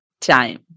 time